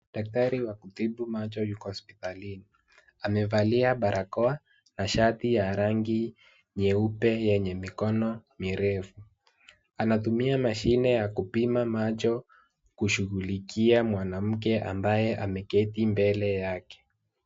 Daktari wa kutibu macho yuko hospitalini, amevalia barakoa na shati ya rangi nyeupe yenye mikono mirefu, anatumia mashine ya kupima macho kushughulikia mwanamke ambaye ameketi mbele yake.